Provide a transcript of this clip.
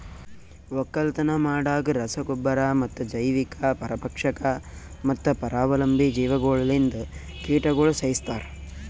ಒಕ್ಕಲತನ ಮಾಡಾಗ್ ರಸ ಗೊಬ್ಬರ ಮತ್ತ ಜೈವಿಕ, ಪರಭಕ್ಷಕ ಮತ್ತ ಪರಾವಲಂಬಿ ಜೀವಿಗೊಳ್ಲಿಂದ್ ಕೀಟಗೊಳ್ ಸೈಸ್ತಾರ್